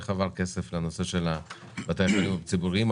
איך עבר כסף לנושא של בתי החולים הציבוריים.